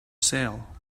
sale